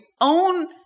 own